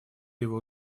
его